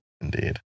Indeed